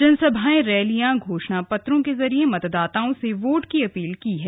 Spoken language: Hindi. जनसभाएं रैलियां घोषणा पत्रों के जरिए मतदाताओं से वोट की अपील की गई